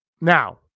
Now